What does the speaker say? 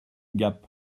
gap